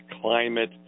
climate